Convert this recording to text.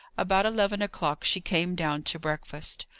about eleven o'clock she came down to breakfast.